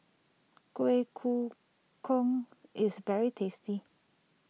Kuih Koo Kong is very tasty